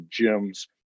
gyms